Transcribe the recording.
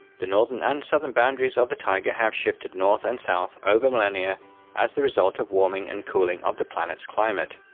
the northern and southern boundaries of the taiga have shifted north and south over millennia as a result of warming and cooling of the planet's climate.